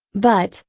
but,